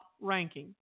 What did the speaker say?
ranking